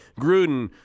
Gruden